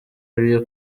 real